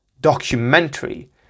documentary